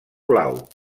blau